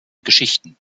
geschichten